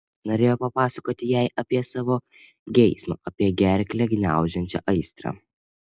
norėjo papasakoti jai apie savo geismą apie gerklę gniaužiančią aistrą